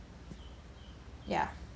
ya